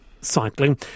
cycling